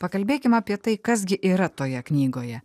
pakalbėkim apie tai kas gi yra toje knygoje